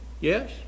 Yes